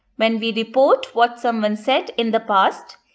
when we report what someone said in the past,